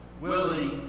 Willie